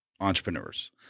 entrepreneurs